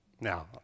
Now